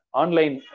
online